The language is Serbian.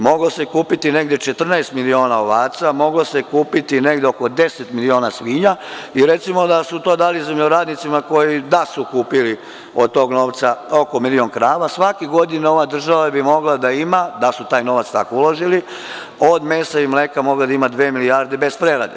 Moglo se kupiti negde 14 miliona ovaca, moglo se kupiti negde oko 10 miliona svinja i recimo da su to dali zemljoradnicima koji da su kupili od tog novca oko miliona krava, svake godine bi ova država mogla da ima, da su taj novac tako uložili, od mesa i mleka mogla je da ima dve milijarde bez prerade.